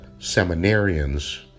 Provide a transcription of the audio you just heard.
seminarians